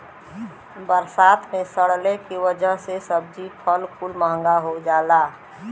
बरसात मे सड़ले के वजह से सब्जी फल कुल महंगा हो जाला